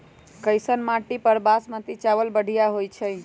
कैसन माटी पर बासमती चावल बढ़िया होई छई?